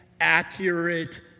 accurate